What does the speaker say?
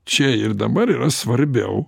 čia ir dabar yra svarbiau